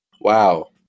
wow